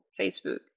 Facebook